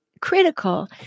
critical